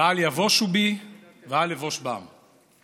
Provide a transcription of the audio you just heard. ואל יבושו בי ואל אבוש בם.